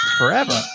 forever